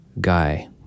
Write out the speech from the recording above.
guy